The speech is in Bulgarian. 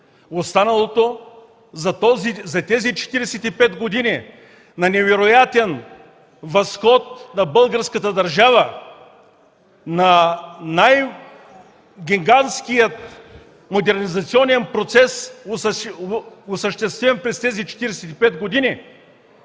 Останалото за тези 45 години на невероятен възход на българската държава, на най-гигантския модернизационен процес, осъществен през тези 45 години,